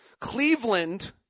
Cleveland